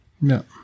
No